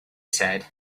said